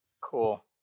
Cool